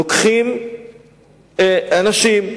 לוקחים אנשים,